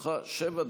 לרשותך שבע דקות.